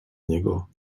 niego